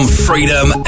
freedom